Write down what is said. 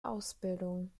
ausbildung